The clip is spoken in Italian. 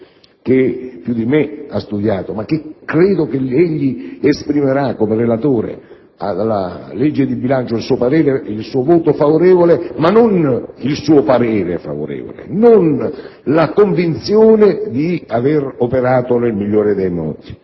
che più di me l'ha studiata. Credo che egli esprimerà, come relatore al disegno di legge di bilancio, il suo voto favorevole ma non il suo parere favorevole, non la convinzione di aver operato nel migliore dei modi.